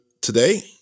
today